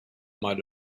might